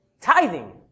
tithing